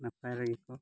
ᱟᱨ ᱯᱟᱭᱨᱟ ᱜᱮᱠᱚ